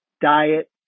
diet